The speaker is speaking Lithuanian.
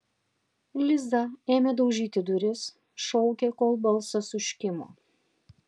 liza ėmė daužyti duris šaukė kol balsas užkimo